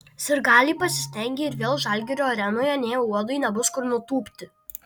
sirgaliai pasistengė ir vėl žalgirio arenoje nė uodui nebus kur nutūpti